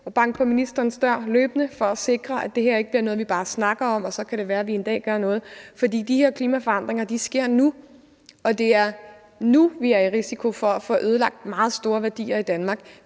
at banke på ministerens dør løbende for at sikre, at det her ikke bliver noget, vi bare snakker om, og det så kan være, vi en dag gør noget, for de her klimaforandringer sker nu, og det er nu, vi er i risiko for at få ødelagt meget store værdier i Danmark,